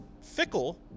fickle